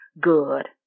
good